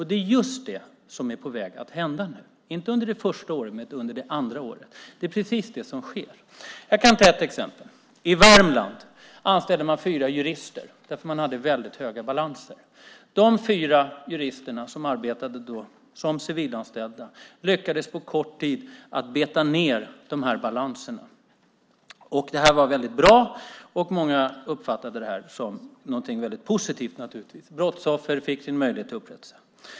Det är just det som är på väg att hända nu, inte under det första året men under det andra året. Det är precis det som sker. Jag kan ge ett exempel. I Värmland anställde man fyra jurister eftersom man hade väldigt höga balanser. De fyra jurister som arbetade som civilanställda lyckades på kort tid beta av dessa balanser. Det var mycket bra, och många uppfattade det naturligtvis som någonting positivt. Brottsoffer fick möjlighet till upprättelse.